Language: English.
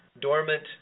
dormant